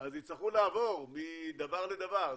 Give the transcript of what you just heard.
אז יצטרכו לעבור מדבר לדבר.